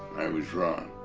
i was wrong.